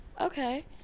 Okay